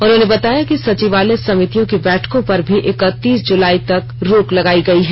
उन्होंने बताया कि सचिवालय समितियों की बैठकों पर भी इकतीस जुलाई तक रोक लगाई गई है